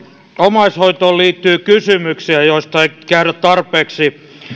omaishoitoon liittyy kysymyksiä joista ei käydä tarpeeksi